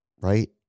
right